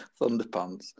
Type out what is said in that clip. Thunderpants